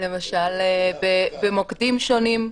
למשל במוקדים שונים,